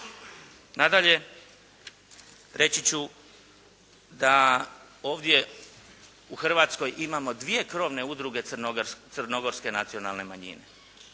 Nadalje, reći ću da ovdje u Hrvatskoj imamo dvije krovne udruge crnogorske nacionalne manjine.